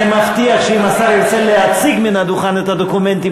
אני מבטיח שאם השר ירצה להציג מן הדוכן את הדוקומנטים,